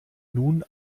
nun